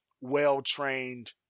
well-trained